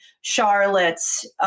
Charlotte's